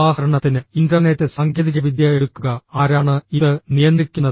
ഉദാഹരണത്തിന് ഇന്റർനെറ്റ് സാങ്കേതികവിദ്യ എടുക്കുക ആരാണ് ഇത് നിയന്ത്രിക്കുന്നത്